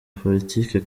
politiki